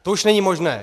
To už není možné.